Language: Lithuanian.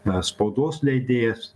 na spaudos leidėjas